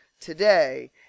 today